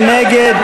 מי נגד?